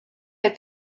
est